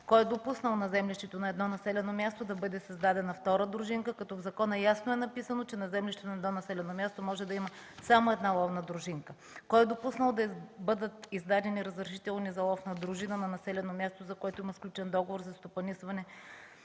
Кой е допуснал на землището на едно населено място да бъде създадена втора дружина, като в закона ясно е написано, че на землището на едно населено място може да има само една ловна дружина? Кой е допуснал да бъдат издадени разрешителни за лов на дружина на населено място, за което има сключен договор за стопанисване